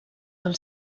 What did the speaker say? del